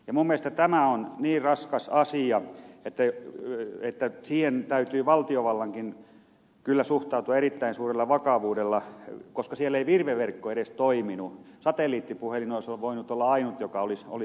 minun mielestäni tämä on niin raskas asia että siihen täytyy valtiovallankin kyllä suhtautua erittäin suurella vakavuudella koska siellä ei edes virve toiminut satelliittipuhelin olisi voinut olla ainut joka olisi toiminut